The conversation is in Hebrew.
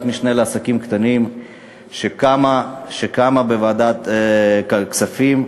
משנה לעסקים קטנים שקמה בוועדת הכספים,